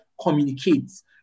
communicates